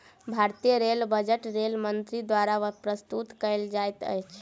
भारतीय rail budget rail मंत्री द्वारा प्रस्तुत कयल जाइत अछि